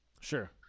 Sure